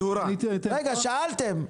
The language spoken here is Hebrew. רגע, שאלתם.